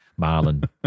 Marlon